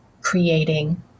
creating